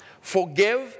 forgive